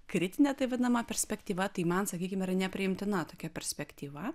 kritinė taip vadinama perspektyva tai man sakykime yra nepriimtina tokia perspektyva